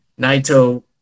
Naito